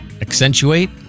accentuate